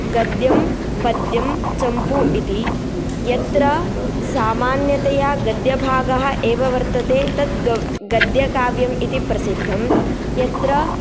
गद्यं पद्यं चम्पू इति यत्र सामान्यतया गद्यभागः एव वर्तते तत् ग गद्यकाव्यम् इति प्रसिद्धं यत्र